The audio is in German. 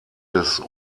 des